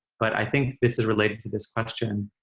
but i think this is related to this question.